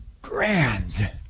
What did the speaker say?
grand